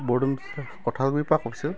বৰডুমচা কঠালগুৰি পৰা কৈছো